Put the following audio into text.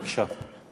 בבקשה.